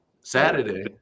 Saturday